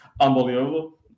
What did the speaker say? unbelievable